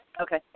Okay